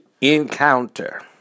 encounter